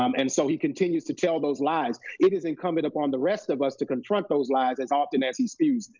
um and so he continues to tell those lies. it is incumbent upon the rest of us to confront those lies as often as he speaks.